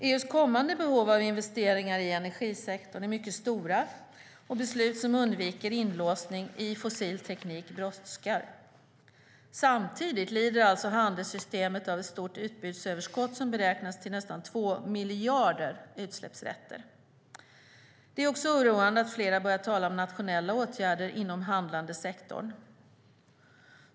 EU:s kommande behov av investeringar i energisektorn är mycket stora, och beslut som undviker inlåsning i fossil teknik brådskar. Samtidigt lider alltså handelssystemet av ett stort utbudsöverskott som beräknas till nästan två miljarder utsläppsrätter. Det är också oroande att flera börjar tala om nationella åtgärder inom den handlande sektorn.